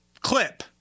clip